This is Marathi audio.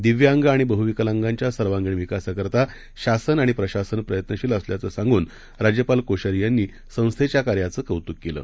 दिव्यांगआणिबहुविकलांगाच्यासर्वांगीणविकासासाठीशासनआणिप्रशासनप्रयत्नशीलअसल्याचंसांगूनराज्यपालकोश्यारीयांनीसंस्थेच्याका र्याचंकौतुककेलं